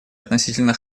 относительно